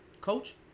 Coach